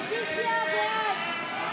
ההסתייגויות לסעיף 02